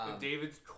David's